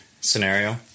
Scenario